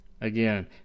Again